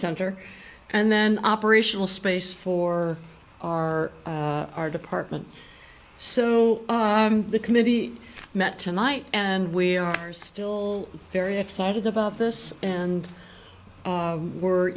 center and then operational space for our art department so the committee met tonight and we are still very excited about this and we're